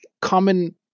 common